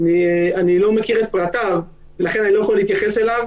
אני לא מכיר את פרטיו לכן אני לא יכול להתייחס אליו.